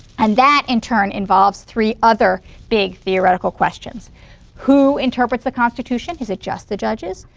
and that in turn involves three other big theoretical questions who interprets the constitution? is it just the judges?